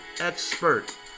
expert